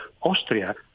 Austria